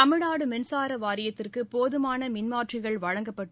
தமிழ்நாடு மின்சார வாரியத்திற்கு போதுமான மின்மாற்றிகள் வழங்கப்பட்டு